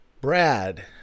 Brad